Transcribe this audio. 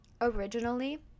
originally